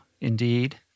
Indeed